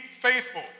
faithful